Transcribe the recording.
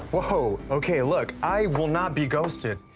whoa. okay, look. i will not be ghosted.